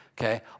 Okay